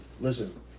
Listen